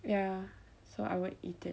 ya so I won't eat it